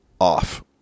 off